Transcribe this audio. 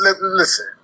listen